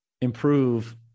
improve